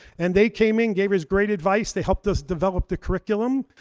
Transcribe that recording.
and they came in, gave us great advice. they helped us develop the curriculum.